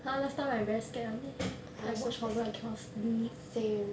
!huh! last time I very scared [one] eh I watch horror I cannot sleep